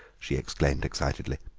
she exclaimed excitedly.